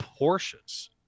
Porsches